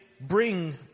bring